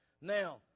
now